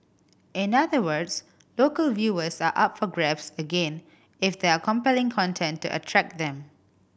in other words local viewers are up for grabs again if there are compelling content to attract them